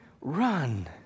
run